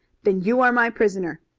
then you are my prisoner.